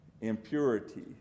impurity